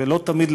ולא תמיד,